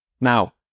now